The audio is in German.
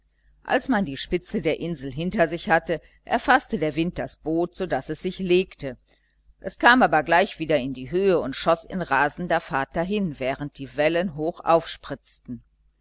als man die spitze der insel hinter sich hatte erfaßte der wind das boot so daß es sich legte es kam aber gleich wieder in die höhe und schoß in rasender fahrt dahin während die wellen hoch aufspritzten